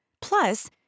Plus